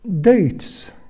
dates